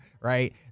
right